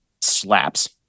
slaps